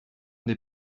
des